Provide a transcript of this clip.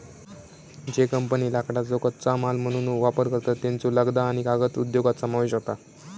ज्ये कंपन्ये लाकडाचो कच्चो माल म्हणून वापर करतत, त्येंचो लगदा आणि कागद उद्योगात समावेश होता